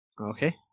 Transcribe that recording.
Okay